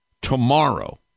tomorrow